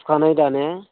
सुखानाय दा ने